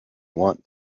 want